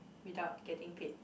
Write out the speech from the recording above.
without getting paid